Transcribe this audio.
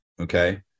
Okay